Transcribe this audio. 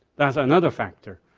that's another factor.